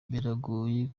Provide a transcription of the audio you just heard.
biragoye